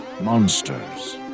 monsters